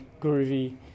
groovy